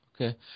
Okay